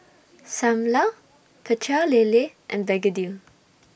Ssam Lau Pecel Lele and Begedil